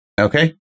Okay